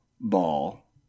ball